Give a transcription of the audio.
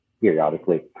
periodically